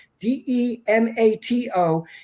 D-E-M-A-T-O